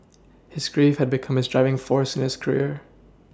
his grief had become his driving force in his career